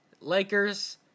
Lakers